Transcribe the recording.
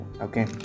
okay